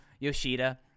Yoshida